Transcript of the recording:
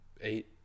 eight